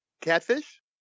Catfish